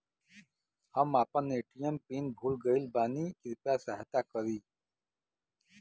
हम आपन ATM pin भूल गईल बानी कृपया सहायता करी